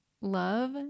Love